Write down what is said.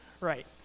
Right